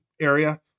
area